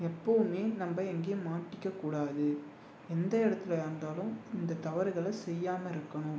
எப்போதுமே நம்ப எங்கேயும் மாட்டிக்கக் கூடாது எந்த இடத்துலயா இருந்தாலும் இந்த தவறுகளை செய்யாமல் இருக்கணும்